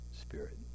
spirit